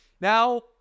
Now